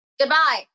Goodbye